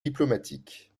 diplomatiques